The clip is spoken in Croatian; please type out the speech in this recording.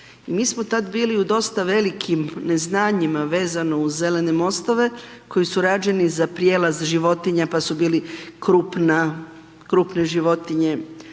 Mi smo tad bili u dosta velikim neznanjima vezano uz zelene mostove koji su rađeni za prijelaz životinja, pa su bili krupna, krupne životinje,